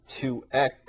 2x